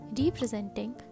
representing